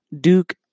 Duke